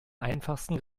einfachsten